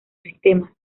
sistemas